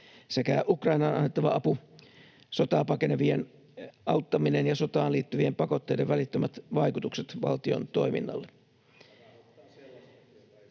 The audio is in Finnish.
sekä Ukrainaan annettava apu, sotaa pakenevien auttaminen ja sotaan liittyvien pakotteiden välittömät vaikutukset valtion toiminnalle.